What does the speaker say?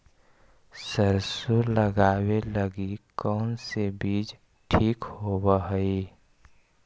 सरसों लगावे लगी कौन से बीज ठीक होव हई?